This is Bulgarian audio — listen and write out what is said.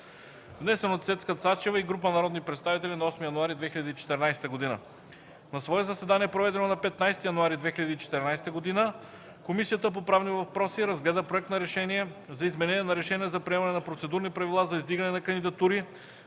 внесен от Цецка Цачева и група народни представители на 8 януари 2014 г. На свое заседание, проведено на 15 януари 2014 г., Комисията по правни въпроси разгледа Проект на решение за изменение на Решение за приемане на процедурни правила за издигане на кандидатури,